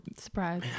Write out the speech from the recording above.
Surprise